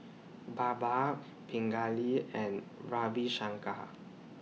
Baba Pingali and Ravi Shankar